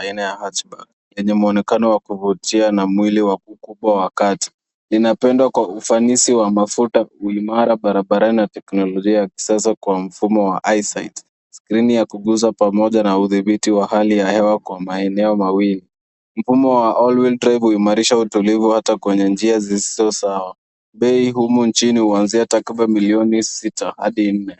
aina ya outback lenye mwonekano wa kuvutia na mwili wa ukubwa wa kati. Linapendwa kwa ufanisi wa mafuta, uimara barabarani na teknolojia ya kisasa kwa mfumo wa eyesight z skrini ya kuguza pamoja na udhibiti wa hali ya hewa kwa maeneo mawili. Mfumo wa all wheel drive huimarisha utulivu hata kwenye njia zisizo sawa. Bei huku nchini huanzia tabriban milioni sita hadi nne.